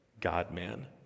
God-man